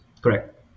Correct